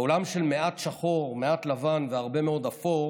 בעולם של מעט שחור, מעט לבן והרבה מאוד אפור,